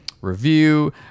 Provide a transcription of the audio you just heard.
review